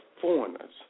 foreigners